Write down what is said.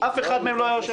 אף אחד מהם לא היה יושב פה.